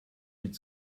mit